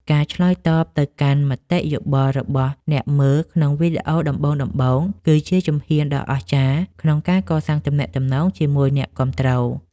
ការឆ្លើយតបទៅកាន់មតិយោបល់របស់អ្នកមើលក្នុងវីដេអូដំបូងៗ គឺជាជំហានដ៏អស្ចារ្យក្នុងការកសាងទំនាក់ទំនងជាមួយអ្នកគាំទ្រ។